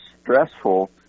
stressful